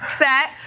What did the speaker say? set